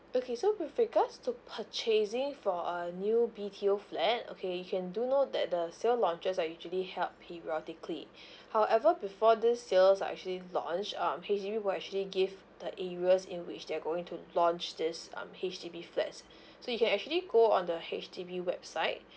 okay so with regards to purchasing for a new B_T_O flat okay you can do know that the sale launches are usually held periodically however before these sales are actually launched um H_D_B will actually give the areas in which they are going to launch these um H_D_B flats so you can actually go on the H_D_B website